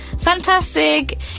fantastic